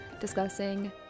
discussing